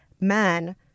men